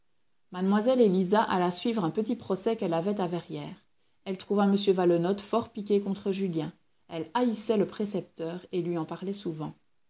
mlle élisa alla suivre un petit procès qu'elle avait à verrières elle trouva m valenod fort piqué contre julien elle haïssait le précepteur et lui en parlait souvent